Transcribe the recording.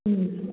ꯎꯝ